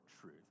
truth